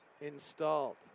installed